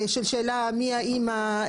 של שאלה מי האמא?